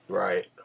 right